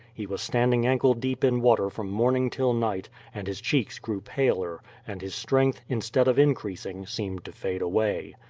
he was standing ankle deep in water from morning till night, and his cheeks grew paler, and his strength, instead of increasing, seemed to fade away.